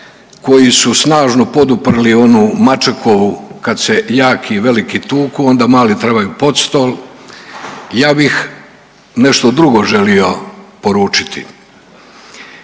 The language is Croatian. koji su snažno poduprli onu Mačekovu kad se jaki i veliki tuku onda mali trebaju pod stol. Ja bih nešto drugo želio poručiti.